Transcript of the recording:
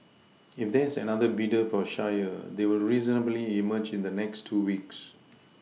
if there is another bidder for Shire they will reasonably emerge in the next two weeks